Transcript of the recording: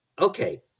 Okay